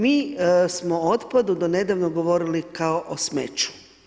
Mi smo o otpadu do nedavno govorili kao o smeću.